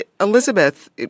Elizabeth